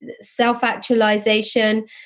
Self-actualization